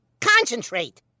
concentrate